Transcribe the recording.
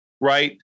right